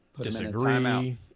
disagree